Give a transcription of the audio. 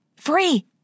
Free